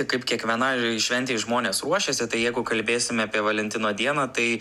kaip kiekvienai šventei žmonės ruošiasi tai jeigu kalbėsime apie valentino dieną tai